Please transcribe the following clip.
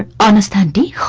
understand the